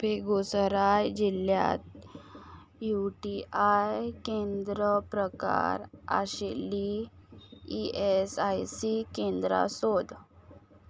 बेगुसराय जिल्ल्यांत U T I केंद्र प्रकार आशिल्लीं ई एस आय सी केंद्रां सोद